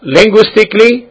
linguistically